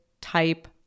type